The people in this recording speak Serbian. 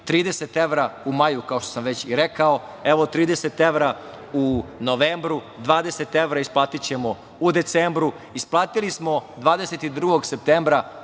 30 evra u maju, kao što sam već i rekao. Evo, 30 evra u novembru, 20 evra isplatićemo u decembru. Isplatili smo 22. septembra